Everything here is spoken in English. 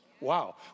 Wow